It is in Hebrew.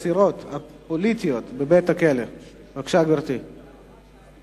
אנחנו עוברים לסעיף הבא: הצעה לסדר-היום מס'